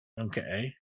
Okay